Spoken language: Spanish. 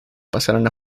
pasaron